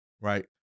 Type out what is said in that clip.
right